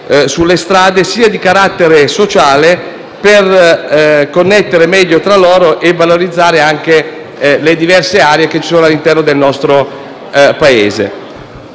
sulle strade; di carattere sociale, per connettere meglio tra loro e valorizzare le diverse aree presenti all'interno del nostro Paese.